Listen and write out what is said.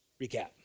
recap